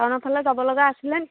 টাউনৰফালে যাব লগা আছিলে নেকি